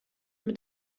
mit